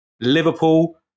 Liverpool